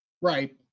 Right